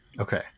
Okay